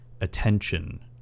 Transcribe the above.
attention